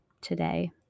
today